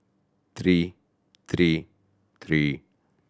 three three three